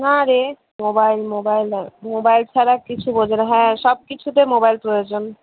না রে mobile mobile mobile ছাড়া কিছু বোঝে না হ্যাঁ সব কিছুতে মোবাইল প্রয়োজন